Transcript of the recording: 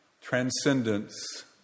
Transcendence